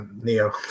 Neo